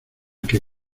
que